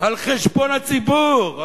על חשבון הציבור.